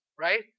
Right